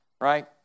right